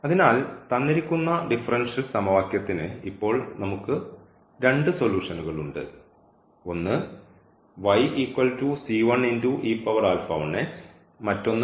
അതിനാൽ തന്നിരിക്കുന്ന ഡിഫറൻഷ്യൽ സമവാക്യത്തിന് ഇപ്പോൾ നമുക്ക് രണ്ട് സൊലൂഷന്കൾ ഉണ്ട് ഒന്ന് മറ്റൊന്ന്